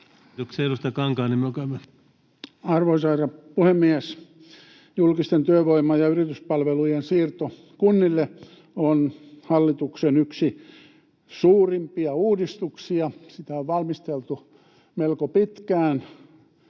Arvoisa herra puhemies! Julkisten työvoima- ja yrityspalvelujen siirto kunnille on hallituksen yksi suurimpia uudistuksia. Sitä on valmisteltu melko pitkään,